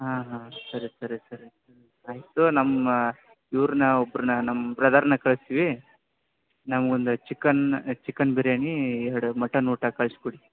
ಹಾಂ ಹಾಂ ಸರಿ ಸರಿ ಸರಿ ಆಯಿತು ನಮ್ಮ ಇವ್ರನ್ನಾ ಒಬ್ರನ್ನ ನಮ್ಮ ಬ್ರದರನ್ನ ಕಳಿಸ್ತೀವಿ ನಂಗೊಂದು ಚಿಕನ್ ಚಿಕನ್ ಬಿರ್ಯಾನಿ ಎರಡು ಮಟನ್ ಊಟ ಕಳ್ಸಿ ಕೊಡಿ